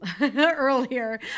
earlier